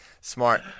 Smart